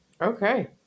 Okay